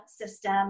system